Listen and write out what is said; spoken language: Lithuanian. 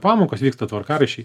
pamokos vyksta tvarkaraščiai